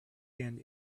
hand